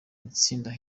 itsinda